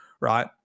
right